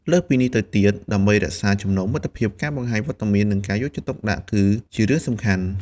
លើសពីនេះទៅទៀត ដើម្បីរក្សាចំណងមិត្តភាព ការបង្ហាញវត្តមាន និងការយកចិត្តទុកដាក់គឺជារឿងសំខាន់។